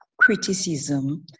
criticism